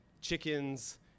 chickens